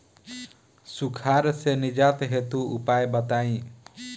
सुखार से निजात हेतु उपाय बताई?